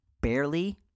Barely